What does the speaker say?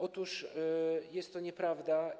Otóż jest to nieprawda.